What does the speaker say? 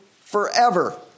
forever